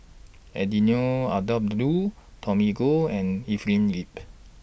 Eddino Abdul Tommy Koh and Evelyn Lip